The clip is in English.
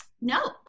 No